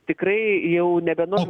tikrai jau nebenoriu